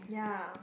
yeah